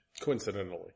Coincidentally